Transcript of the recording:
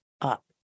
up